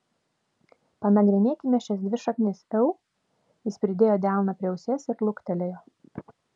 panagrinėkime šias dvi šaknis eu jis pridėjo delną prie ausies ir luktelėjo